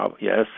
Yes